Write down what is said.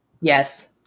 yes